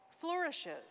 flourishes